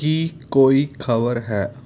ਕੀ ਕੋਈ ਖਬਰ ਹੈ